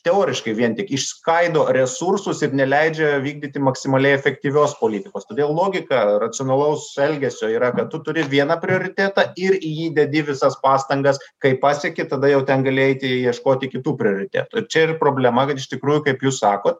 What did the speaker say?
teoriškai vien tik išskaido resursus ir neleidžia vykdyti maksimaliai efektyvios politikos todėl logika racionalaus elgesio yra kad tu turi vieną prioritetą ir į jį dedi visas pastangas kai pasieki tada jau ten gali eiti ieškoti kitų prioritetų ir čia ir problema kad iš tikrųjų kaip jūs sakot